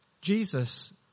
Jesus